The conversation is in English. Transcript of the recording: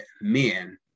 men